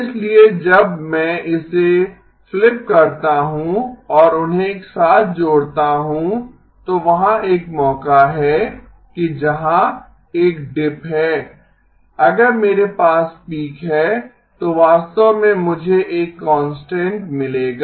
इसलिए जब मैं इसे फ्लिप करता हूं और उन्हें एक साथ जोड़ता हूं तो वहाँ एक मौका है कि जहां एक डिप है अगर मेरे पास पीक है तो वास्तव में मुझे एक कांस्टेंट मिलेगा